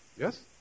Yes